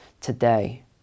today